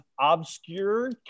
obscure